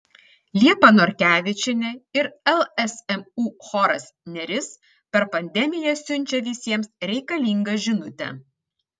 liepa norkevičienė ir lsmu choras neris per pandemiją siunčia visiems reikalingą žinutę